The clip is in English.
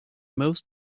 most